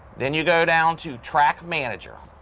then you go down to track manager.